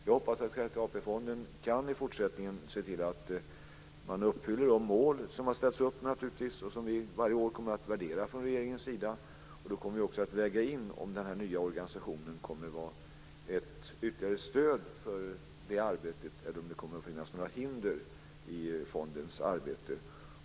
Jag hoppas att Sjätte AP-fonden i fortsättningen kan se till att man uppfyller de mål som har ställts upp och som vi varje år kommer att värdera för regeringens sida. Då kommer vi också att väga in om den nya organisationen kommer att vara ett ytterligare stöd för det arbetet eller om det kommer att finnas några hinder i fondens arbete.